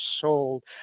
sold